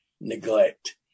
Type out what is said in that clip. neglect